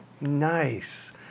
Nice